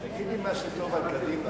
תגידי משהו טוב על קדימה.